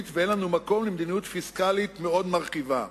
ואין לנו מקום למדיניות פיסקלית מאוד מרחיבה.